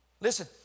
Listen